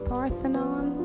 Parthenon